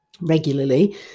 regularly